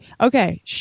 Okay